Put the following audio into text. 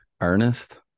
Ernest